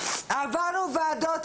עברנו ועדות,